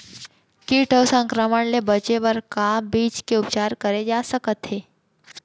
किट अऊ संक्रमण ले बचे बर का बीज के उपचार करे जाथे सकत हे?